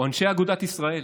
או אנשי אגודת ישראל,